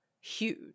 huge